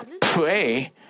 pray